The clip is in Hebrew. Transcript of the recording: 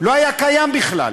לא היה קיים בכלל.